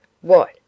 What